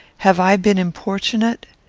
have i been importunate?